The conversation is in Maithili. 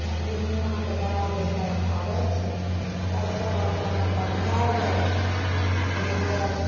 आओर पूर्णिमाके बाद सब आबय छै तब सब अपन अपन घर जाइ छै जेना आब